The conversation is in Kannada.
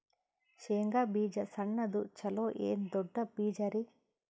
ಶೇಂಗಾ ಬೀಜ ಸಣ್ಣದು ಚಲೋ ಏನ್ ದೊಡ್ಡ ಬೀಜರಿ?